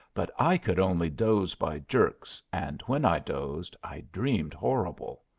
but i could only doze by jerks, and when i dozed i dreamed horrible.